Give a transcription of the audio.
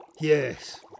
Yes